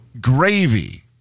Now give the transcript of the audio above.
Gravy